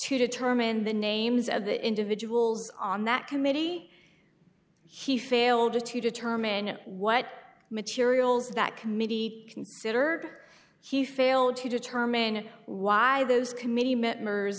to determine the names of the individuals on that committee he failed to determine what materials that committee considered he failed to determine why those committee met mur